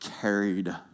carried